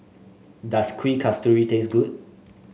does Kueh Kasturi taste good